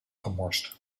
gemorst